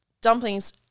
dumplings